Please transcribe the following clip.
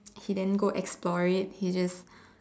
he didn't go explore it he just